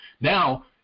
Now